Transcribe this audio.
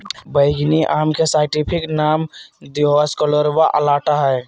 बैंगनी आम के साइंटिफिक नाम दिओस्कोरेआ अलाटा हइ